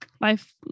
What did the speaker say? life